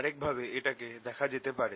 আরেক ভাবে এটাকে দেখা যেতে পারে